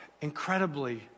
incredibly